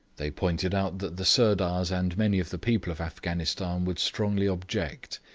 they pointed out that the sirdars and many of the people of afghanistan would strongly object,